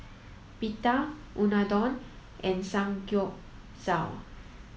Pita Unadon and Samgyeopsal